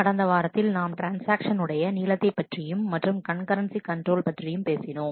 கடந்த வாரத்தில் நாம் ட்ரான்ஸ்ஆக்ஷன் உடைய நீளத்தைப் பற்றியும் மற்றும் கண் கரன்சி கண்ட்ரோல் பற்றியும் பேசினோம்